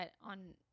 on